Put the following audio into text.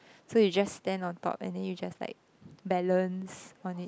so you just stand on top and then you just like balance on it